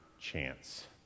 chance